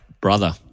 brother